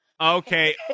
Okay